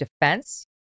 defense